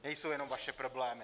Nejsou jenom vaše problémy.